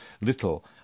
little